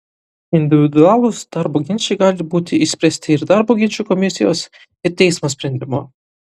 individualūs darbo ginčai gali būti išspręsti ir darbo ginčų komisijos ir teismo sprendimu